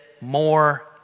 more